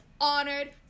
Honored